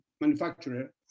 manufacturer